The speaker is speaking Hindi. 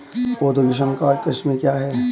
पौधों की संकर किस्में क्या हैं?